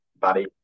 buddy